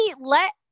let